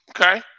Okay